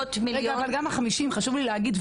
אבל חשוב לי להגיד,